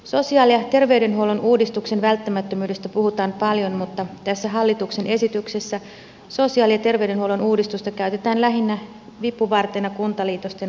sosiaali ja terveydenhuollon uudistuksen välttämättömyydestä puhutaan paljon mutta tässä hallituksen esityksessä sosiaali ja terveydenhuollon uudistusta käytetään lähinnä vipuvartena kuntaliitosten aikaansaamiseksi